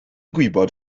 gwybod